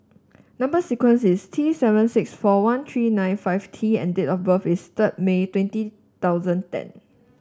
number sequence is T seven six four one three nine five T and date of birth is third May twenty thousand ten